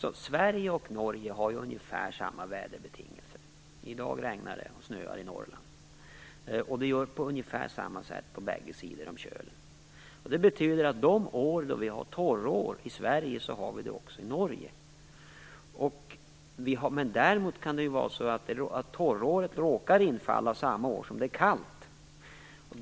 Sverige och Norge har ungefär samma väderbetingelser. I dag regnar det och snöar i Norrland, och det ser ut på ungefär samma sätt på bägge sidor om kölen. Det betyder att de år när Sverige har torrår så har också Norge det. Däremot kan det vara så att torråret råkar infalla samma år som det blir kallt.